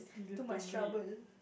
too much trouble